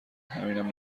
همینم